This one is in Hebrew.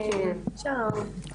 שלום,